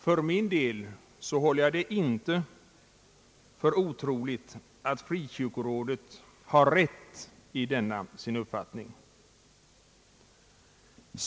För min del håller jag det inte för otroligt att frikyrkorådet har rätt i denna sin uppfattning.